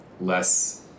less